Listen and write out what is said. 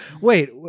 wait